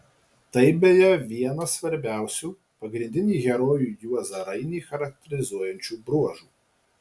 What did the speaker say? tai beje vienas svarbiausių pagrindinį herojų juozą rainį charakterizuojančių bruožų